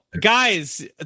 Guys